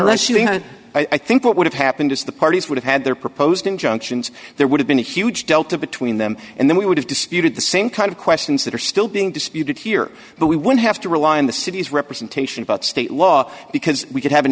leslie i think what would have happened is the parties would have had their proposed injunctions there would have been a huge delta between them and then we would have disputed the same kind of questions that are still being disputed here but we would have to rely on the city's representation about state law because we could have an